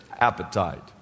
appetite